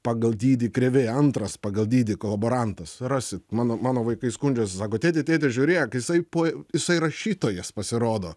pagal dydį krėvė antras pagal dydį kolaborantas rasit mano mano vaikai skundžias sako tėti tėti žiūrėk jisai po jisai rašytojas pasirodo